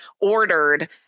ordered